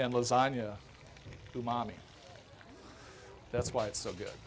and lasagna to mommy that's why it's so good